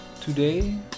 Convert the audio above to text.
Today